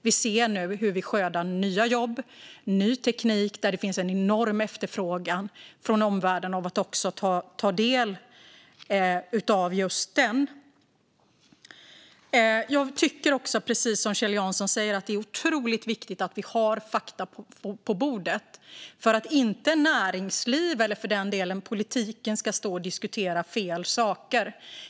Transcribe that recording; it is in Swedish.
Vi ser nu hur vi skördar nya jobb med ny teknik som det finns en enorm efterfrågan från omvärlden att ta del av. Jag tycker också, precis som Kjell Jansson säger, att det är otroligt viktigt att vi har fakta på bordet så att inte näringsliv, eller för den delen politiken, står och diskuterar fel saker.